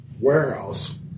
warehouse